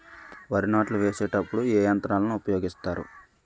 వరి నాట్లు వేసేటప్పుడు ఏ యంత్రాలను ఉపయోగిస్తారు?